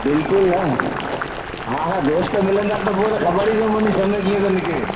बिल्कुलु न हा हा दोस्त मिलंदा त पोइ त ख़बर ई न पवंदी समय कीअं तो निकिरे